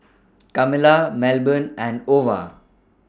Camila Melbourne and Ova